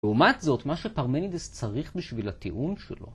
לעומת זאת, מה שפרמנידס צריך בשביל הטיעון שלו